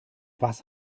was